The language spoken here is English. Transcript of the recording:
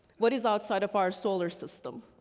what is outside of our solar system.